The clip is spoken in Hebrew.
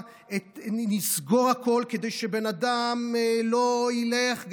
ונסגור הכול כדי שבן אדם לא ילך,